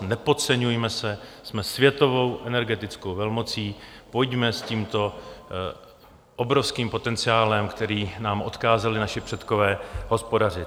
Nepodceňujme se, jsme světovou energetickou velmocí, pojďme s tímto obrovským potenciálem, který nám odkázali naši předkové, hospodařit.